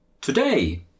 Today